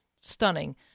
stunning